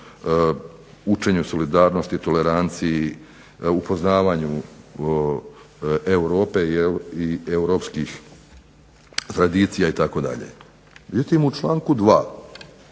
učenju solidarnosti, toleranciji, upoznavanju Europe i europskih tradicija itd.